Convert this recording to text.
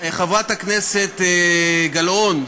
חברת הכנסת גלאון,